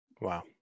Wow